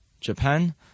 Japan